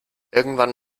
irgendwann